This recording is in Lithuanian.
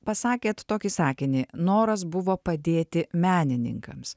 pasakėt tokį sakinį noras buvo padėti menininkams